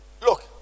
Look